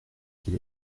qu’il